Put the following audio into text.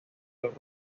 los